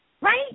Right